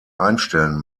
einstellen